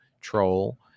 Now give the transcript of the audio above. troll